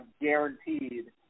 guaranteed